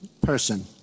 person